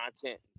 content